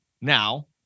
Now